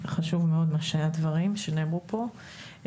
חשוב מאוד הדברים שנאמרו פה.